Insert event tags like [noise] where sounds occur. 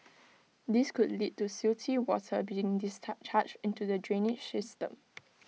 this could lead to silty water being [unintelligible] charged into the drainage system